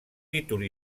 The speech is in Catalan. títol